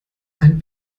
ein